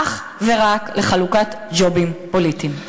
אך ורק לחלוקת ג'ובים פוליטיים.